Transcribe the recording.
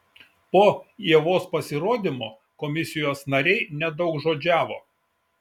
po ievos pasirodymo komisijos nariai nedaugžodžiavo